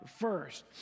first